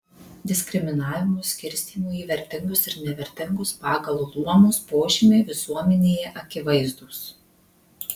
diskriminavimo skirstymo į vertingus ir nevertingus pagal luomus požymiai visuomenėje akivaizdūs